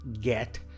get